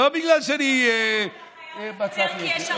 לא בגלל שאני מצאתי את זה.